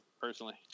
personally